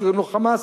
שקוראים לו "חמאס".